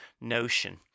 notion